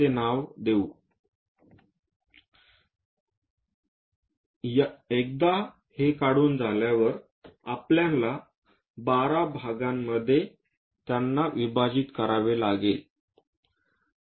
असे नाव देऊ एकदा हे काढून झाल्यावर आपल्याला 12 भागांमध्ये विभाजित करावे लागेल